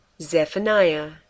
Zephaniah